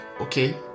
okay